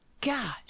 God